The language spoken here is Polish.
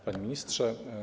Panie Ministrze!